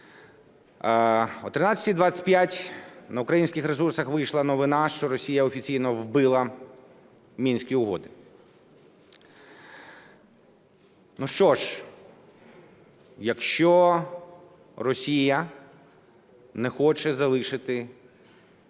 О 13:25 на українських ресурсах вийшла новина, що Росія офіційно вбила Мінські угоди. Ну що ж, якщо Росія не хоче залишити каменя